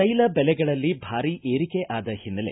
ತೈಲ ದೆಲೆಗಳಲ್ಲಿ ಭಾರಿ ಏರಿಕೆ ಆದ ಓನ್ನೆಲೆ